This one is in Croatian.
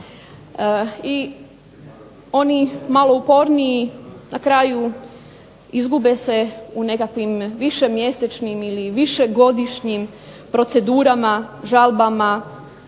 i oni malo uporniji na kraju izgube se u nekakvim višemjesečnim ili višegodišnjim procedurama, žalbama,